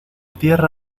tierra